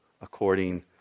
according